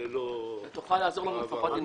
ללא --- תוכל לעזור לנו לפחות עם מיצוי הזכויות?